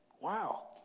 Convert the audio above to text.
Wow